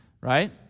right